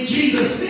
Jesus